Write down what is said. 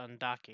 undocking